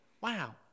wow